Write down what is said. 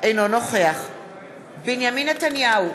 אינו נוכח בנימין נתניהו,